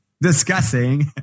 discussing